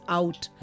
out